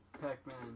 Pac-Man